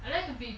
I like to be